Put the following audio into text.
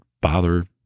bother